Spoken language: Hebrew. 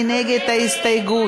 מי נגד ההסתייגות?